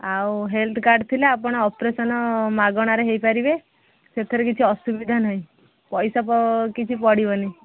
ଆଉ health card ଥିଲା ଆପଣ ଅପରେସନ୍ ମାଗଣାରେ ହେଇପାରିବେ ସେଥିରେ କିଛି ଅସୁବିଧା ନାହିଁ ପଇସା କିଛି ପଡ଼ିବନି